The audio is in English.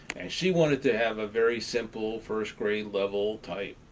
and she wanted to have a very simple first grade level type,